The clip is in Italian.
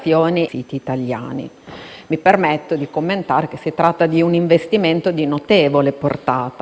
importante stanziamento, il Ministero abbia previsto altre misure che vadano nella direzione di un'effettiva attuazione